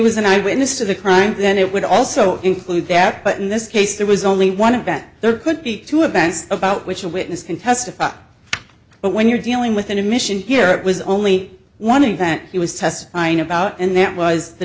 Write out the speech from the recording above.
was an eyewitness to the crime then it would also include that but in this case there was only one of back there could be two events about which a witness can testify but when you're dealing with an admission here it was only one in fact he was testifying about and that was the